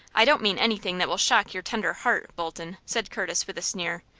i don't mean anything that will shock your tender heart, bolton, said curtis, with a sneer.